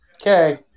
Okay